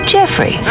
Jeffrey